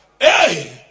Hey